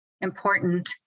important